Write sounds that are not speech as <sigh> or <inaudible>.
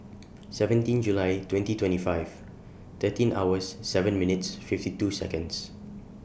<noise> seventeen July twenty twenty five thirteen hours seven minutes fifty two Seconds